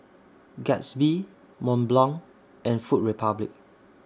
Gatsby Mont Blanc and Food Republic